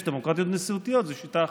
יש דמוקרטיות נשיאותיות, זו שיטה אחרת.